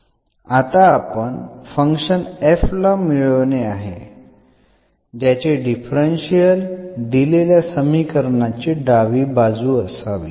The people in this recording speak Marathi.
आता आपण फंक्शन ला मिळवणे आहे ज्याचे डिफरन्शियल दिलेल्या समीकरणाची डावी बाजू असावी